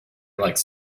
like